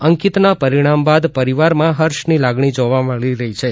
અંકિતના પરિણામ બાદ પરિવારમાં હર્ષની લાગણી જોવા મળી રહી છે